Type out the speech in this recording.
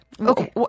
Okay